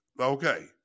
Okay